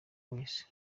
wese